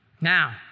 Now